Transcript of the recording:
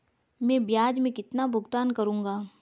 मैं ब्याज में कितना भुगतान करूंगा?